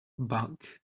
bug